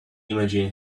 imagine